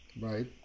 right